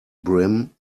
brim